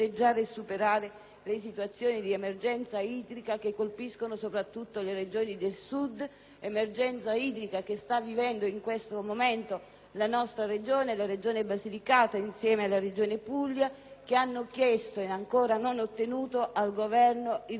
le situazioni di emergenza idrica che colpiscono soprattutto le Regioni del Sud. Questa emergenza la sta vivendo in questo momento la nostra Regione, la Basilicata, che, insieme alla regione Puglia, ha chiesto e ancora non ottenuto dal Governo il riconoscimento